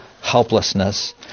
helplessness